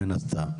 מן הסתם.